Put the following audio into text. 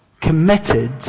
committed